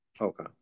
Okay